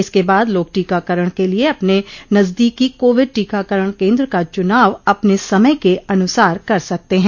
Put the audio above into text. इसके बाद लोग टीकाकरण के लिए अपने नजदीकी कोविड टीकाकरण केंद्र का चुनाव अपने समय के अनुसार कर सकते हैं